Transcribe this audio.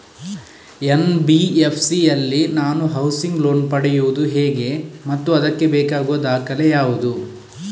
NBFC ಯಲ್ಲಿ ನಾನು housing loan ಪಡೆಯುದು ಹೇಗೆ ಮತ್ತು ಅದಕ್ಕೆ ಬೇಕಾಗುವ ದಾಖಲೆ ಯಾವುದು?